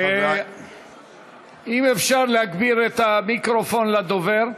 אם אפשר להגביר את המיקרופון לדובר.